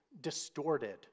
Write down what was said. distorted